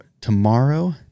tomorrow